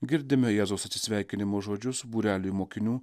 girdime jėzaus atsisveikinimo žodžius būreliui mokinių